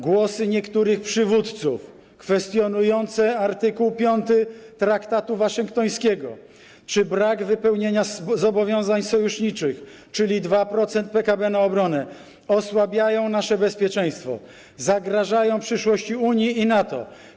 Głosy niektórych przywódców kwestionujące art. 5 traktatu waszyngtońskiego czy brak wypełnienia zobowiązań sojuszniczych, czyli 2% PKB na obronę, osłabiają nasze bezpieczeństwo, zagrażają przyszłości Unii i NATO.